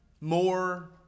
more